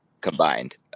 Combined